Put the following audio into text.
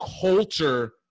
culture